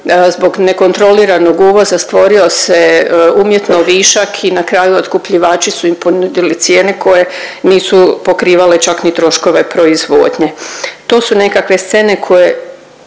zbog nekontroliranog uvoza stvorio se umjetno višak i na kraju, otkupljivači su im ponudili cijene koje nisu pokrivale čak ni troškove proizvodnje. To su nekakve scene koje